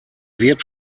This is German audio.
wird